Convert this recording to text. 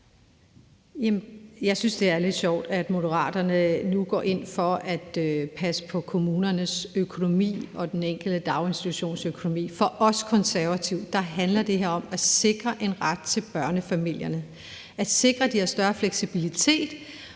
Jeg synes, det er lidt sjovt, at Moderaterne nu går ind for at passe på kommunernes økonomi og for den enkelte daginstitutions økonomi. For os Konservative handler det her om at sikre en ret til børnefamilierne, at sikre, de har større fleksibilitet,